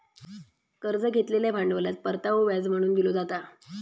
कर्ज घेतलेल्या भांडवलात परतावो व्याज म्हणून दिलो जाता